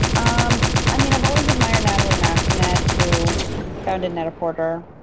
um i mean, i've always admired natalie massenet who founded net-a-porter.